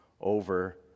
over